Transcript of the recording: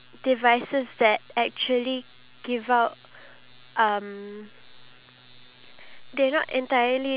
then whatever you say you can just put it out there you can just comment anything you want say how you feel and